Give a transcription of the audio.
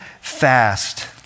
fast